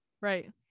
Right